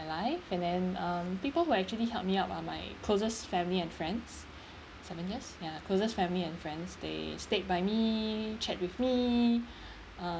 life and then um people who actually helped me up are my closest family and friends seven years ya closest family and friends they stayed by me chat with me